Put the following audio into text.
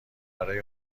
برای